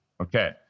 Okay